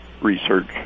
research